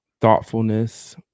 thoughtfulness